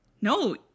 no